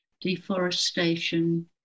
deforestation